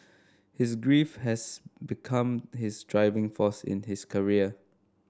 his grief has become his driving force in his career